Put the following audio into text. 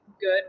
good